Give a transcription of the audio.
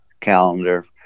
calendar